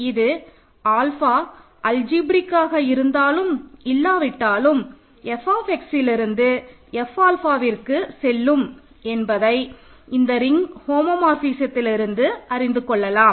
இது ஆல்ஃபா அல்ஜிப்ரேக்காக இருந்தாலும் இல்லாவிட்டாலும் f xஇல் இருந்து f ஆல்ஃபாவிற்கு செல்லும் என்பதை இந்த ரிங் ஹோமோமார்பிசதிலிருந்து அறிந்து கொள்ளலாம்